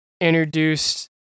introduced